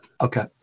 Okay